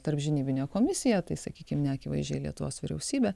tarpžinybinė komisija tai sakykim neakivaizdžiai lietuvos vyriausybė